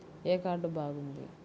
ఏ card బాగుంది?